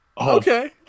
Okay